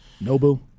Nobu